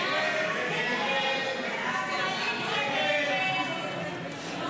הסתייגות 25 לא